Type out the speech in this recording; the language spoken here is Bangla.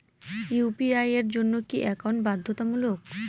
ইউ.পি.আই এর জন্য কি একাউন্ট বাধ্যতামূলক?